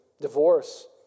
divorce